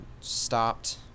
stopped